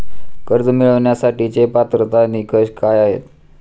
कर्ज मिळवण्यासाठीचे पात्रता निकष काय आहेत?